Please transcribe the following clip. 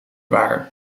waar